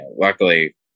Luckily